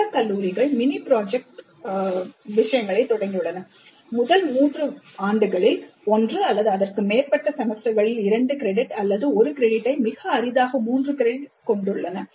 சில கல்லூரிகள் mini project தொடங்கியுள்ளன முதல் 3 ஆண்டுகளில் ஒன்று அல்லது அதற்கு மேற்பட்ட செமஸ்டர்களில் இரண்டு கிரெடிட் அல்லது ஒரு கிரெடிட்டை மிக அரிதாக மூன்று கிரெடிட் விலை கொண்டுள்ளன